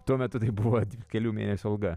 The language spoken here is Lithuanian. tuo metu tai buvo kelių mėnesių alga